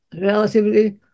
relatively